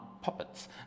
puppets